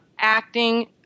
acting